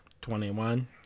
Twenty-one